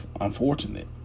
unfortunate